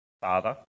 Father